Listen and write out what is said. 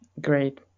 Great